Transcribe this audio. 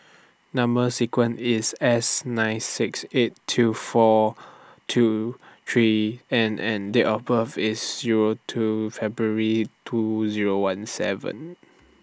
Number sequence IS S nine six eight two four two three N and Date of birth IS Zero two February two Zero one seven